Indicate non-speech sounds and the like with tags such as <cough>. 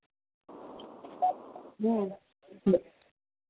<unintelligible>